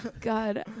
god